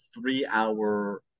three-hour